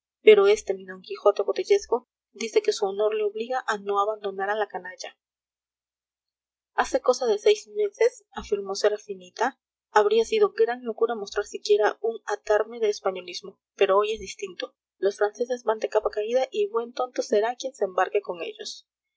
pero este mi d quijote botellesco dice que su honor le obliga a no abandonar a la canalla hace cosa de seis meses afirmó serafinita habría sido gran locura mostrar siquiera un adarme de españolismo pero hoy es distinto los franceses van de capa caída y buen tonto será quien se embarque con ellos